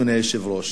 אדוני היושב-ראש,